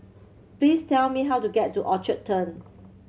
please tell me how to get to Orchard Turn